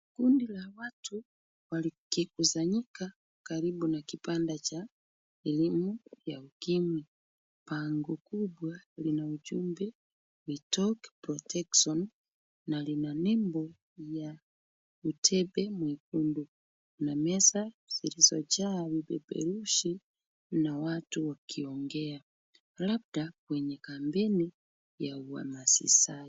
Kundi la watu wakikusanyika karibu na kibanda cha elimu ya ukimwi. Bango kubwa lina ujumbe we talk protection na lina nembo ya utepe mwekundu. Kuna meza zilizojaa vipeperushi na watu wakiongea, labda kwenye kampeni ya uhamasishaji.